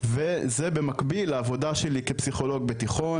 וזה במקביל לעבודה שלי כפסיכולוג בתיכון